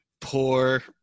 poor